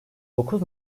dokuz